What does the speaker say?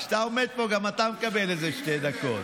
כשאתה עומד פה גם אתה מקבל איזה שתי דקות.